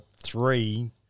three